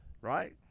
Right